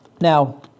Now